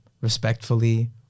respectfully